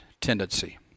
tendency